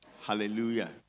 Hallelujah